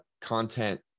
content